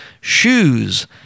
shoes